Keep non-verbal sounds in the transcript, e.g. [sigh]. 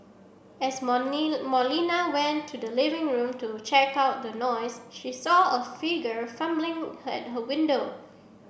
as [unintelligible] Molina went to the living room to check out the noise she saw a figure fumbling [unintelligible] at her window